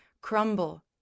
crumble